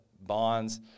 bonds